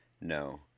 No